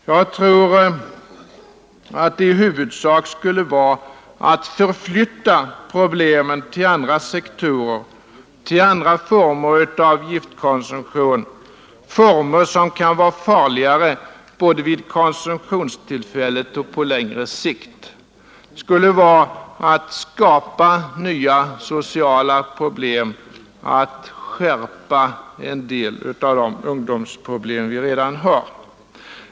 Jag tror att det i huvudsak skulle vara att förflytta problemen till andra sektorer, till andra former av giftkonsumtion, former som kan vara farligare både vid konsumtionstillfället och på längre sikt. Det skulle vara att skapa nya sociala problem, att skärpa en del av de ungdomsproblem vi redan har.